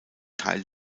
teil